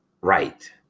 right